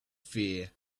fear